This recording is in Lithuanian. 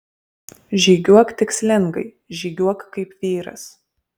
žygiuok tikslingai žygiuok kaip vyras